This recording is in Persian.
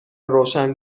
روشن